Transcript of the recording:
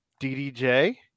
DDJ